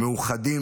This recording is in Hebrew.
מאוחדים,